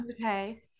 Okay